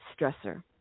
stressor